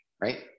Right